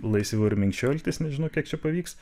laisviau ir mikščiau elgtis nežinau kiek čia pavyks